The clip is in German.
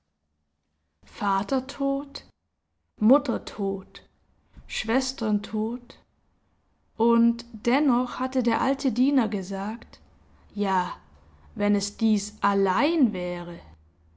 vater tot mutter tot schwestern tot und dennoch hatte der alte diener gesagt ja wenn es dies allein wäre